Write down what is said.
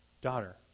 daughter